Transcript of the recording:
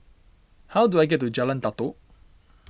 how do I get to Jalan Datoh